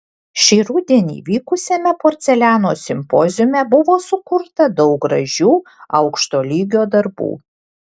šį rudenį vykusiame porceliano simpoziume buvo sukurta daug gražių aukšto lygio darbų